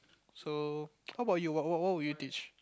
so how about you what what what would you teach